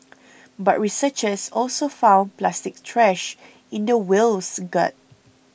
but researchers also found plastic trash in the whale's gut